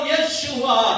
Yeshua